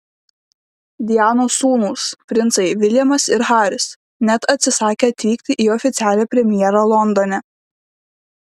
dianos sūnūs princai viljamas ir haris net atsisakė atvykti į oficialią premjerą londone